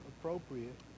appropriate